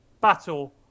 battle